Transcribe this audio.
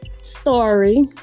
story